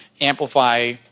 amplify